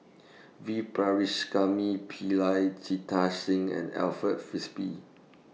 V Pillai Jita Singh and Alfred Frisby